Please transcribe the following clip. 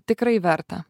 tikrai verta